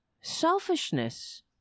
selfishness